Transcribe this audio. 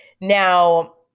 Now